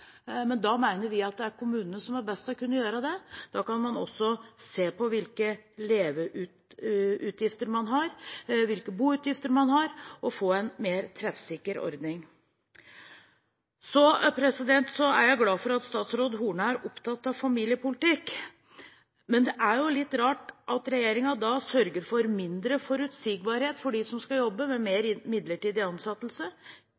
Men da mener vi at det er kommunene som er best til å kunne gjøre det. Da kan man også se på hvilke leveutgifter man har, hvilke boutgifter man har, og få en mer treffsikker ordning. Jeg er glad for at statsråd Horne er opptatt av familiepolitikk. Men det er jo litt rart at regjeringen sørger for mindre forutsigbarhet for dem som skal jobbe,